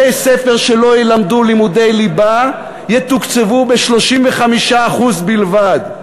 בתי-ספר שלא ילמדו לימודי ליבה יתוקצבו ב-35% בלבד.